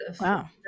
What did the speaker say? wow